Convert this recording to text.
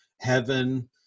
heaven